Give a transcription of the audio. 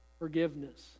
forgiveness